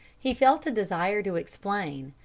he felt a desire to explain,